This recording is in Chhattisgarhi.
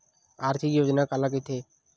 आर्थिक योजना काला कइथे?